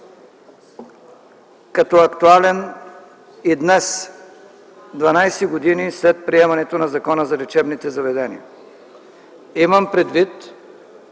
като актуален и днес, 12 години след приемането на Закона за лечебните заведения. Имам предвид,